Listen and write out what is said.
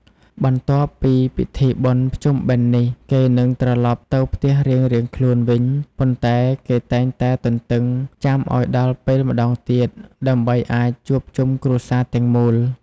បន្ទាប់ពីពិធីបុណ្យភ្ជុំបិណ្ឌនេះ គេនឹងត្រឡប់ទៅផ្ទះរៀងៗខ្លួនវិញ ប៉ុន្តែគេតែងតែទន្ទឹងចាំឱ្យដល់ពេលម្ដងទៀត ដើម្បីអាចជួបជុំគ្រួសារទាំងមូល។